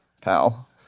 Pal